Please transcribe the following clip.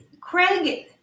Craig